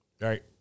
Right